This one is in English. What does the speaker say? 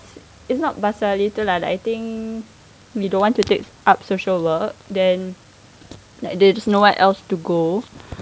it's not pasal itu lah like I think we don't want to take up social work then like there's just no one else to go